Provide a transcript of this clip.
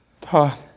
Todd